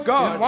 God